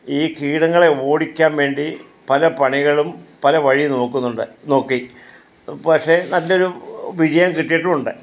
ഈ കീടങ്ങളെ ഓടിക്കാൻ വേണ്ടി പല പണികളും പല വഴി നോക്കുന്നുണ്ട് നോക്കി പക്ഷേ നല്ലൊരു വിജയം കിട്ടീട്ടുമുണ്ട്